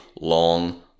long